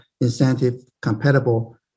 incentive-compatible